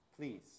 Please